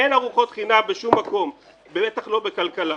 אין ארוחות חינם בשום מקום, בטח לא בכלכלה.